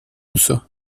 uso